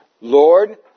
Lord